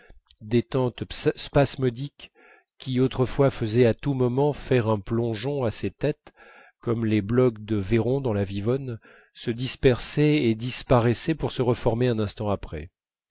détente spasmodique qui autrefois faisait à tous moments faire un plongeon à ces têtes comme les blocs de vairons dans la vivonne se dispersaient et disparaissaient pour se reformer un instant après